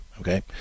okay